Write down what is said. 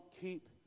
keep